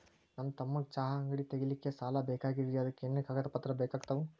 ನನ್ನ ತಮ್ಮಗ ಚಹಾ ಅಂಗಡಿ ತಗಿಲಿಕ್ಕೆ ಸಾಲ ಬೇಕಾಗೆದ್ರಿ ಅದಕ ಏನೇನು ಕಾಗದ ಪತ್ರ ಬೇಕಾಗ್ತವು?